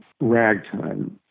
ragtime